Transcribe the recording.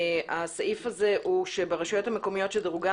הסעיף הזה הוא: ברשויות המקומיות שדירוגן